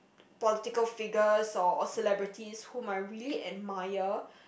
political figures or celebrities whom I really admire